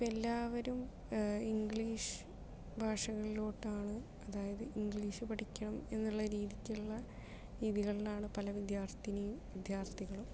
ഇപ്പോൾ എല്ലാവരും ഇംഗ്ലീഷ് ഭാഷകളിലോട്ടാണ് അതായത് ഇംഗ്ലീഷ് പഠിക്കണം എന്നുള്ള രീതിക്കുള്ള രീതികളിലാണ് പല വിദ്യാർത്ഥിനി വിദ്യാർഥികളും